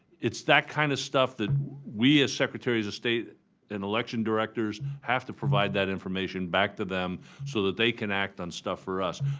it's that kind of stuff that we as secretaries of state and election directors have to provide that information back to them so that they can act on stuff for us.